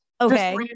Okay